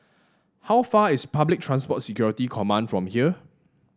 how far is Public Transport Security Command from here